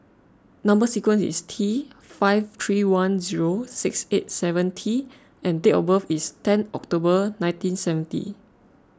Number Sequence is T five three one zero six eight seven T and date of birth is ten October nineteen seventy